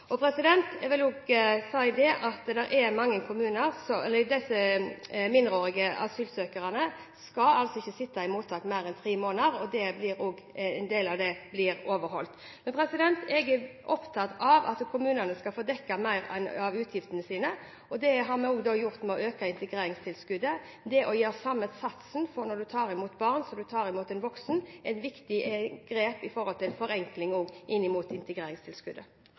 asylsøkerne skal ikke sitte i mottak i mer enn tre måneder. En del av det blir overholdt. Jeg er opptatt av at kommunene skal få dekket mer av utgiftene sine. Det har vi gjort ved å øke integreringstilskuddet. Det å ha samme sats for å ta imot et barn som å ta imot en voksen er et viktig grep i forbindelse med forenkling inn mot integreringstilskuddet.